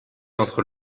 entre